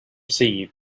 see